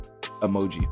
emoji